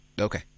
okay